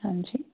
ਹਾਂਜੀ